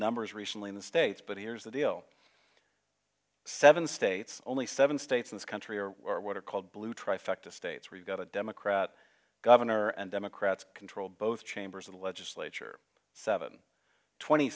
numbers recently in the states but here's the deal seven states only seven states in this country are what are called blue trifecta states where you've got a democrat governor and democrats control both chambers of the legislature seven twenty